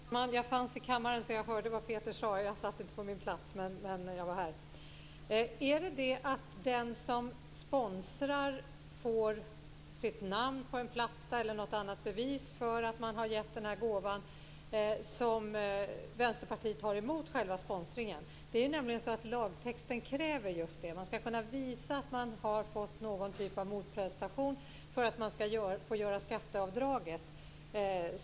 Fru talman! Jag fanns i kammaren, så jag hörde vad Peter Pedersen sade. Jag satt inte på min plats, men jag var här. Är det för att den som sponsrar får sitt namn på en platta eller någon annan form av bevis för att gåvan har givits som Vänsterpartiet har något emot själva sponsringen? Lagtexten kräver att man kan visa att man har fått någon typ av motprestation för att man ska få göra skatteavdraget.